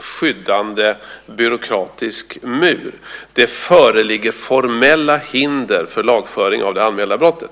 skyddande byråkratisk mur: Det föreligger formella hinder för lagföring av det anmälda brottet.